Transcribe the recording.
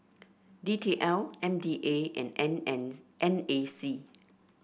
D T L M D A and N N N A C